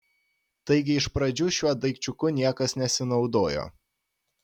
taigi iš pradžių šiuo daikčiuku niekas nesinaudojo